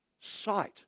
sight